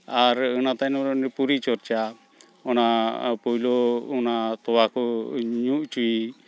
ᱟᱨ ᱚᱱᱟ ᱛᱟᱭᱱᱚᱢ ᱨᱮ ᱯᱚᱨᱤᱪᱚᱨᱪᱟ ᱚᱱᱟ ᱯᱳᱭᱞᱳ ᱚᱱᱟ ᱛᱳᱣᱟ ᱠᱚ ᱧᱩ ᱚᱪᱚᱭᱮ